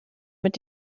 mit